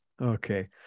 okay